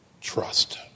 trust